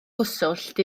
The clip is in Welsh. gyswllt